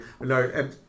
No